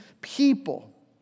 people